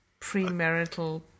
premarital